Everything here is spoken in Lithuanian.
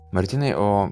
martynai o